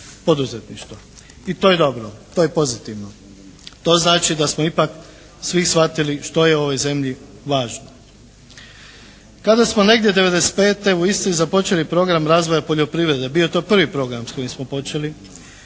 I to je dobro. To je pozitivno. To znači da smo ipak svi shvatili što je ovoj zemlji važno. Kada smo negdje '95. u Istri započeli program razvoja poljoprivrede, bio je to prvi program s kojim smo počeli,